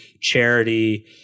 charity